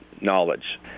knowledge